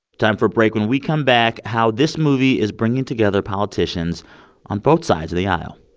time for a break. when we come back, how this movie is bringing together politicians on both sides of the aisle.